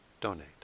donate